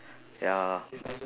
ya